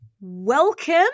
Welcome